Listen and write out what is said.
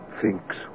thinks